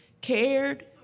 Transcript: cared